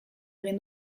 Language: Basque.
egin